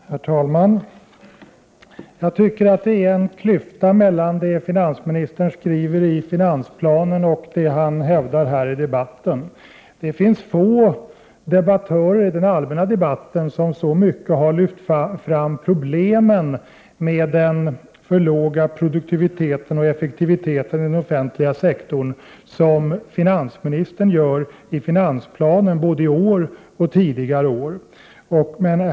Herr talman! Jag tycker att det finns en klyfta mellan vad finansministern skriver i finansplanen och det han hävdar här i debatten. Få debattörer i den allmänna debatten har så mycket lyft fram problemen med den för låga produktiviteten och effektiviteten i den offentliga sektorn som finansministern gör i finansplanen både i år och tidigare år.